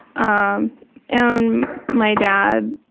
um and my dad.